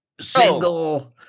single